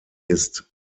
ist